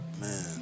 Man